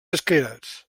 escairats